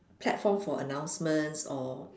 platform for announcements or